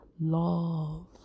love